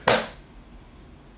clap